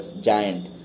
giant